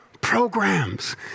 programs